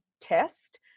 test